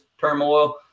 turmoil